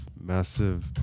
massive